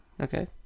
Okay